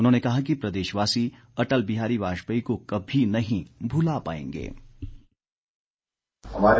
उन्होंने कहा कि प्रदेशवासी अटल बिहारी वाजपेयी को कभी नहीं भुला पाएंगे